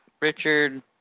Richard –